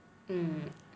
mm